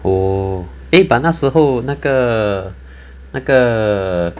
oh eh but 那时候那个那个